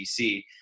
DC